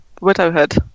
widowhood